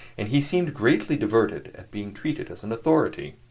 and he seemed greatly diverted at being treated as an authority.